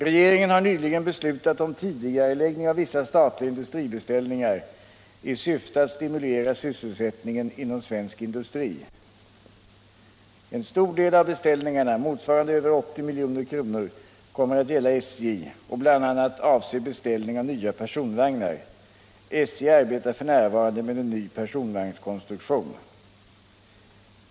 Regeringen har nyligen beslutat om tidigareläggning av vissa statliga industribeställningar i syfte att stimulera sysselsättningen inom svensk industri. En stor del av beställningarna - motsvarande över 80 milj.kr. - kommer att gälla SJ och bl.a. avse beställning av nya personvagnar. SJ arbetar f.n. med en ny personvagnskonstruktion.